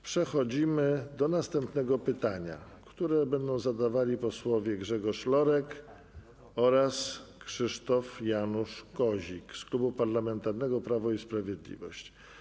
Przechodzimy do następnego pytania, które będą zadawali posłowie Grzegorz Lorek oraz Krzysztof Janusz Kozik z Klubu Parlamentarnego Prawo i Sprawiedliwość.